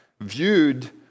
viewed